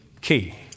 key